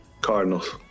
Cardinals